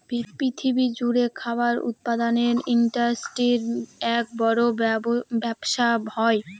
পৃথিবী জুড়ে খাবার উৎপাদনের ইন্ডাস্ট্রির এক বড় ব্যবসা হয়